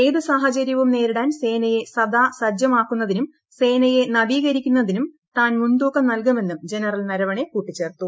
ഏത് സാഹചര്യവും നേരിടാൻ സേനയെ സദാ സജ്ജമാക്കുന്നതിനും സേനയെ നവീകരിക്കുന്നതിനും താൻ മുൻതൂക്കം നൽകുമെന്നും ജനറൽ നരവണെ കൂട്ടിച്ചേർത്തു